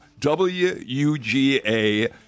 WUGA